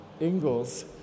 Ingalls